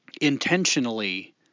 intentionally